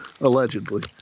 Allegedly